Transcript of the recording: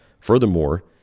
Furthermore